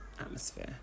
atmosphere